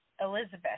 Elizabeth